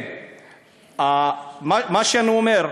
מה שאני אומר,